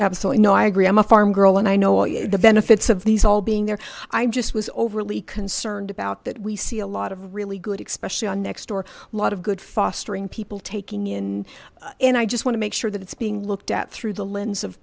absolutely no i agree i'm a farm girl and i know you know the benefits of these all being there i just was overly concerned about that we see a lot of really good expression on next door lot of good fostering people taking in and i just want to make sure that it's being looked at through the lens of